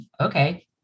Okay